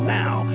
now